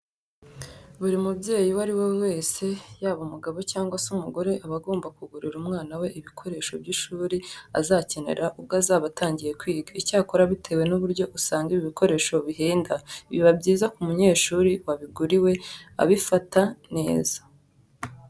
Buri mubyeyi uwo ari we wese yaba umugabo cyangwa se umugore aba agomba kugurira umwana we ibikoresho by'ishuri azakenera ubwo azaba atangiye kwiga. Icyakora bitewe n'uburyo usanga ibi bikoresho bihenda, biba byiza ko umunyeshuri wabiguriwe abifata neza.